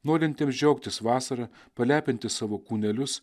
norintiems džiaugtis vasara palepinti savo kūnelius